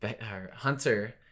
Hunter